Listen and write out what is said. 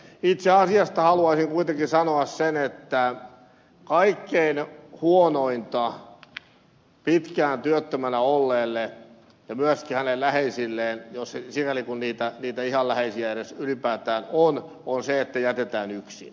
itse asiasta haluaisin kuitenkin sanoa sen että kaikkein huonointa pitkään työttömänä olleelle ja myöskin hänen läheisilleen sikäli kuin niitä ihan läheisiä edes ylipäätään on on se että jätetään yksin